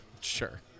Sure